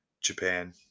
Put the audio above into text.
Japan